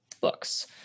books